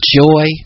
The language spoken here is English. joy